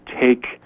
take